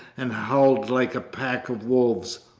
and howled like a pack of wolves,